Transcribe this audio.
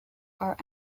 are